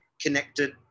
connected